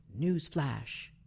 Newsflash